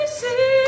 see